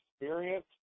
experience